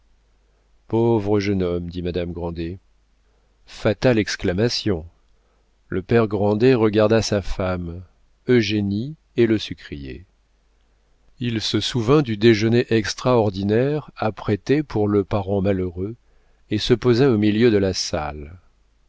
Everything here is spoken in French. pauvre jeune homme dit madame grandet fatale exclamation le père grandet regarda sa femme eugénie et le sucrier il se souvint du déjeuner extraordinaire apprêté pour le parent malheureux et se posa au milieu de la salle